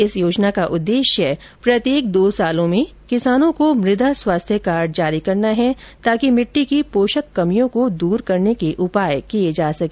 इस योजना का उददेश्य प्रत्येक दो सालों में किसानों को मुदा स्वास्थ्य कार्ड जारी करना है ताकि मिट्टी की पोषक कमियों को दूर करने के उपाय किये जा सके